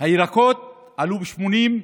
הירקות עלו ב-81%.